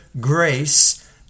grace